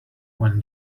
when